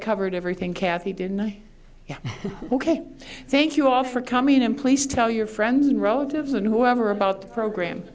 covered everything kathy did in ok thank you all for coming in please tell your friends and relatives and whoever about the program